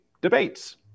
debates